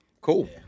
Cool